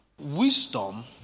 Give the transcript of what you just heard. wisdom